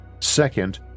Second